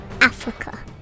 Africa